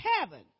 heaven